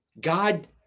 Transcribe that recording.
God